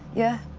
yeah?